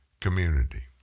Community